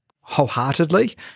wholeheartedly